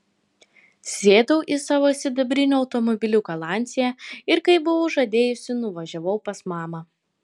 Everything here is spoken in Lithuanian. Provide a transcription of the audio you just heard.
sėdau į savo sidabrinį automobiliuką lancia ir kaip buvau žadėjusi nuvažiavau pas mamą